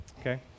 Okay